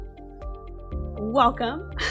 Welcome